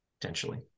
Potentially